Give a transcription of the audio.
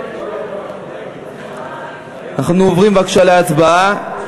אנחנו עוברים בבקשה להצבעה.